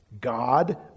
God